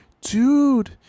dude